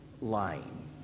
lying